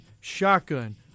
shotgun